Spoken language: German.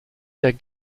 der